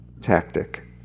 tactic